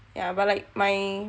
yah but like my